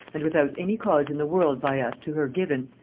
and without any cause in the world by us to her given,